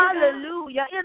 Hallelujah